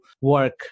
work